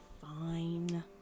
Fine